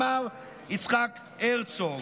אמר יצחק הרצוג.